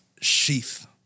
sheath